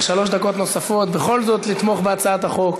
שלוש דקות נוספות בכל זאת לתמוך בהצעת החוק.